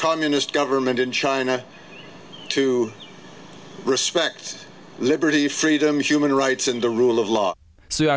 communist government in china to respect liberty freedoms human rights and the rule of law s